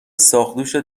ساقدوشت